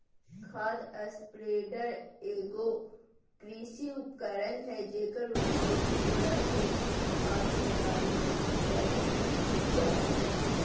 खाद स्प्रेडर एगो कृषि उपकरण हइ जेकर उपयोग पूरा खेत में खाद फैलावे लगी कईल जा हइ